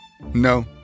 No